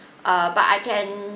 err but I can